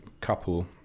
couple